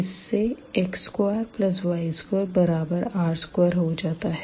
इस से x2y2 बराबर r2 हो जाता है